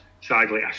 sadly